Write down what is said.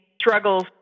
struggles